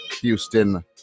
Houston